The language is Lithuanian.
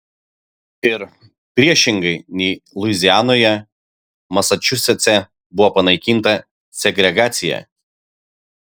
ir priešingai nei luizianoje masačusetse buvo panaikinta segregacija